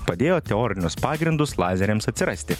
padėjo teorinius pagrindus lazeriams atsirasti